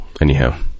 anyhow